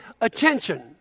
attention